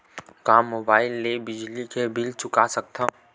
का मुबाइल ले बिजली के बिल चुका सकथव?